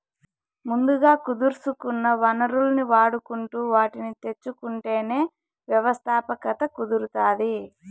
ముందుగా కుదుర్సుకున్న వనరుల్ని వాడుకుంటు వాటిని తెచ్చుకుంటేనే వ్యవస్థాపకత కుదురుతాది